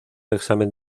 examen